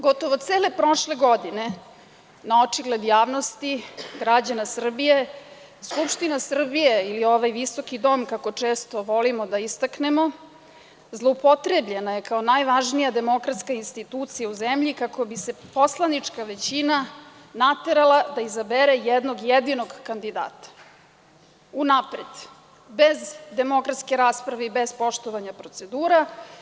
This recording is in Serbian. Gotovo cele prošle godine, na očigled javnosti, građana Srbije, Skupština Srbije ili ovaj visoki dom, kako često volimo da ga istaknemo, zloupotrebljen je kao najvažnija demokratska institucija u zemlji kako bi se poslanička većina naterala da izabere jednog jedinog kandidata, unapred, bez demokratske rasprave i bez poštovanja procedura.